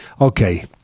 Okay